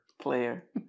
player